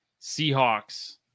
Seahawks